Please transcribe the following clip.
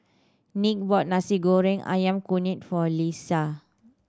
Nick bought Nasi Goreng Ayam Kunyit for Leisa